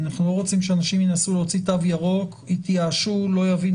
אנחנו לא רוצים שאנשים ינסו להוציא תו ירוק יתייאשו לא יבינו